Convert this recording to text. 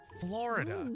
Florida